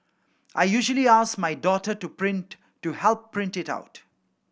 I usually ask my daughter to print to help print it out